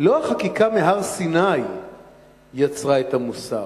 לא החקיקה מהר-סיני יצרה את המוסר,